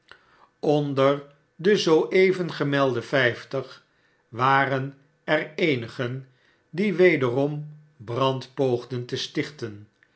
onder de zoo even gemelde vijftig waren er eenigen die wederom brand poogden te stichten